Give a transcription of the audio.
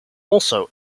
also